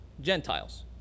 Gentiles